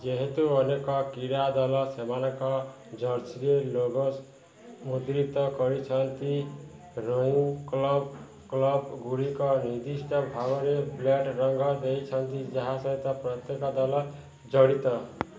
ଯେହେତୁ ଅନେକ କ୍ରୀଡ଼ା ଦଳ ସେମାନଙ୍କ ଜର୍ସିରେ ଲୋଗୋ ମୁଦ୍ରିତ କରିଛନ୍ତି ରୋଇଂ କ୍ଲବ୍ କ୍ଲବ୍ଗୁଡ଼ିକ ନିର୍ଦ୍ଦିଷ୍ଟ ଭାବରେ ବ୍ଲେଡ୍ ରଙ୍ଗ କରିଛନ୍ତି ଯାହା ସହିତ ପ୍ରତ୍ୟେକ ଦଳ ଜଡ଼ିତ